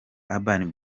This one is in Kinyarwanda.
urban